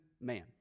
man